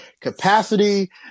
capacity